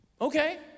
okay